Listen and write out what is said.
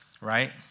right